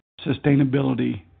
sustainability